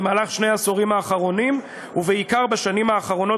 במהלך שני העשורים האחרונים ובעיקר בשנים האחרונות